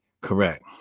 correct